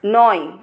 নয়